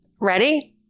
Ready